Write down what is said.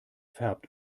färbt